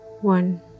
one